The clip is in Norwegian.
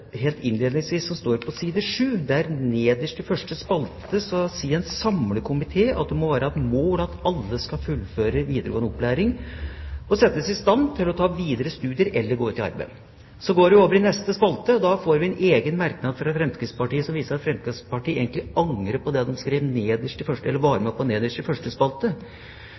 helt innledningsvis står på side 7. Nederst i første spalte sier en samlet komité at «det må være et mål at alle skal fullføre videregående opplæring og settes i stand til å ta videre studier eller gå ut i arbeid». Så går vi over til neste spalte. Der får vi en egen merknad fra Fremskrittspartiet som viser at Fremskrittspartiet egentlig angrer på det de var med på nederst i første